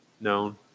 known